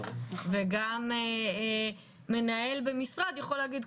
וגם מנהל במשרד יכול להגיד,